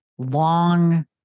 long